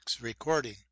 recording